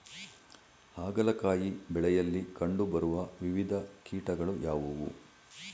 ಹಾಗಲಕಾಯಿ ಬೆಳೆಯಲ್ಲಿ ಕಂಡು ಬರುವ ವಿವಿಧ ಕೀಟಗಳು ಯಾವುವು?